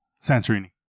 Santorini